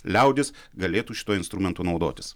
liaudis galėtų šituo instrumentu naudotis